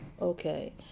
okay